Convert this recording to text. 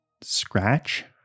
scratch